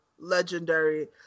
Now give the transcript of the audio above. legendary